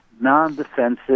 non-defensive